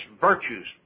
virtues